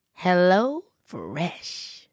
HelloFresh